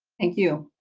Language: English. thank you.